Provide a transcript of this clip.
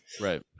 Right